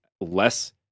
less